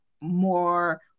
more